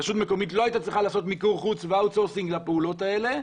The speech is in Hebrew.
רשות מקומית לא היתה צריכה לעשות מיקור חוץ ואאוט-סורסינג לפעולות האלה.